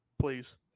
please